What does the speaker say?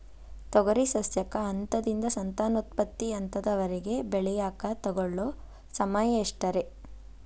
ತೊಗರಿ ಸಸ್ಯಕ ಹಂತದಿಂದ, ಸಂತಾನೋತ್ಪತ್ತಿ ಹಂತದವರೆಗ ಬೆಳೆಯಾಕ ತಗೊಳ್ಳೋ ಸಮಯ ಎಷ್ಟರೇ?